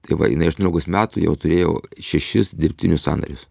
tai va jinai aštuoniolikos metų jau turėjo šešis dirbtinius sąnarius